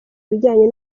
ibijyanye